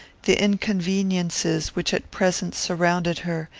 the inconveniences which at present surrounded her,